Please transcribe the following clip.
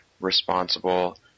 responsible